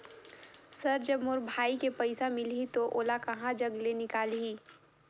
Sir जब मोर भाई के पइसा मिलही तो ओला कहा जग ले निकालिही?